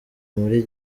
muri